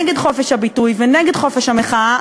נגד חופש הביטוי ונגד חופש המחאה,